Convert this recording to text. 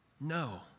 no